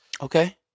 okay